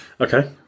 Okay